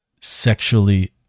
sexually